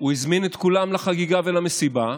הוא הזמין את כולם לחגיגה ולמסיבה,